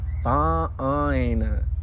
fine